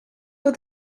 for